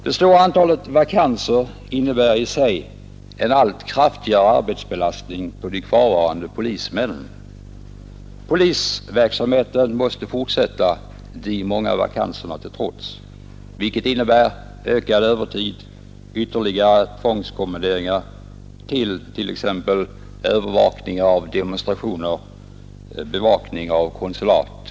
Det stora antalet vakanser innebär en allt kraftigare arbetsbelastning för de kvarvarande polismännen. Polisverksamheten måste fortsätta de många vakanserna till trots, vilket innebär ökad övertid, ytterligare tvångskommenderingar till exempelvis övervakning av demonstrationer och bevakning av konsulat.